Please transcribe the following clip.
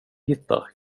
hittar